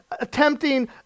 attempting